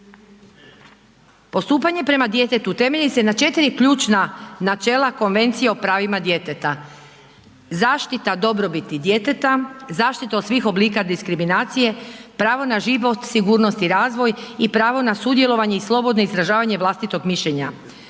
Postupanje prema djetetu temelji se na 4 ključna načela Konvencije o pravima djeteta. Zaštita dobrobiti djeteta, zaštita od svih oblika diskriminacije, pravo na život, sigurnost i razvoj i pravo na sudjelovanje i slobodno izražavanje vlastitog mišljenja.